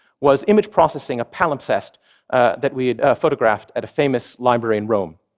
was image-processing a palimpsest that we had photographed at a famous library in rome.